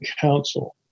council